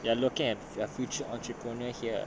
you are looking at your future entrepreneur here